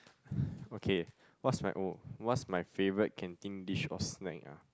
okay what's my oh what's my favourite canteen dish or snack ah